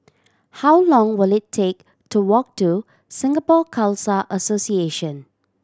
how long will it take to walk to Singapore Khalsa Association